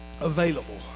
available